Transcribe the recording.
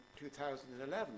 2011